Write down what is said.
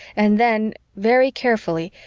and then, very carefully,